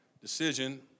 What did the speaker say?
decision